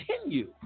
continue